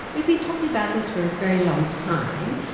we've been talking about this for a very long time.